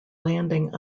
landing